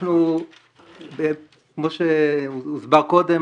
אנחנו כמו שהוסבר קודם,